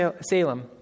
Salem